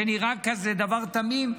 שנראה דבר כזה תמים,